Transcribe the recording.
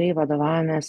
tai vadovaujamės